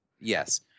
yes